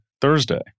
Thursday